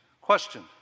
Question